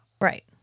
Right